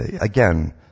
again